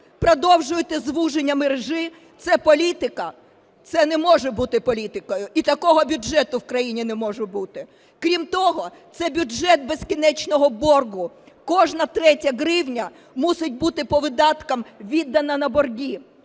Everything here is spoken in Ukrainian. продовжуєте звуження мережі. Це політика? Це не може бути політикою, і такого бюджету в країні не може бути. Крім того це бюджет безкінечного боргу, кожна третя гривня мусить бути по видаткам віддана на борги.